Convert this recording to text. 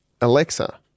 Alexa